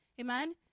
Amen